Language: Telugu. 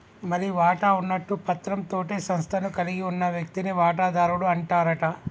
మరి వాటా ఉన్నట్టు పత్రం తోటే సంస్థను కలిగి ఉన్న వ్యక్తిని వాటాదారుడు అంటారట